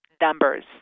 numbers